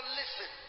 listen